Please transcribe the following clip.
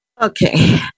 Okay